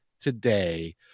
today